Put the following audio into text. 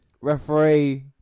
Referee